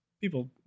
people